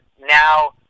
now